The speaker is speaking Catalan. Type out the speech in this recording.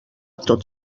tot